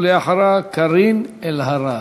ולאחריה קארין אלהרר.